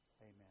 Amen